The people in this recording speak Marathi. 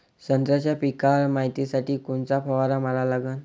संत्र्याच्या पिकावर मायतीसाठी कोनचा फवारा मारा लागन?